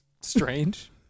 strange